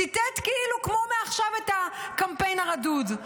ציטט כאילו כמו מעכשיו את הקמפיין הרדוד.